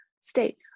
state